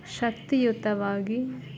ಶಕ್ತಿಯುತವಾಗಿ